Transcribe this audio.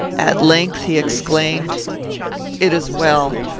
at length he exclaimed it is well.